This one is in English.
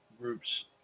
groups